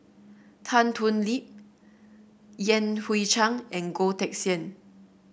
Tan Thoon Lip Yan Hui Chang and Goh Teck Sian